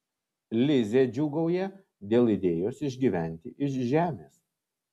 lizė džiūgauja dėl idėjos išgyventi iš žemės